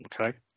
Okay